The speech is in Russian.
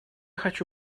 хочу